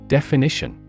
Definition